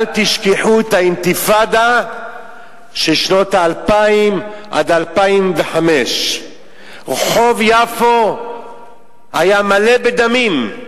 אל תשכחו את האינתיפאדה של השנים 2000 2005. רחוב יפו היה מלא בדמים.